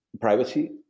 privacy